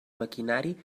maquinari